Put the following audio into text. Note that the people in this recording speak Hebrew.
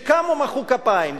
שקמו ומחאו כפיים,